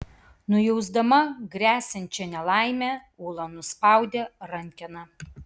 nujausdama gresiančią nelaimę ula nuspaudė rankeną